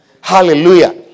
Hallelujah